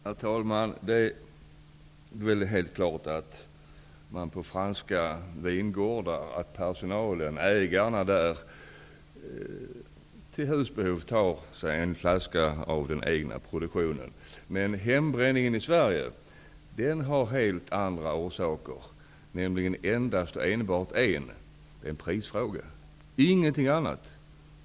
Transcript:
Herr talman! Det är helt klart att personalen och ägarna på franska vingårdar till husbehov kan ta sig en flaska av den egna produktionen. Hembränningen i Sverige beror på något helt annat. Det är en fråga om pris. Ingenting annat!